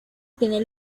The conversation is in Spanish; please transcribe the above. tiene